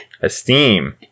Esteem